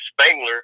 Spangler